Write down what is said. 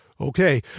Okay